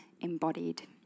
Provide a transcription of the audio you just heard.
embodied